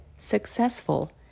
successful